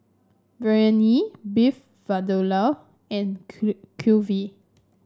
Biryani Beef Vindaloo and clue Kulfi